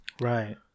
right